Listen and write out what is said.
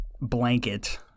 blanket